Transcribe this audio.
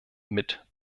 mit